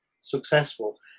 successful